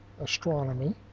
astronomy